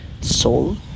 soul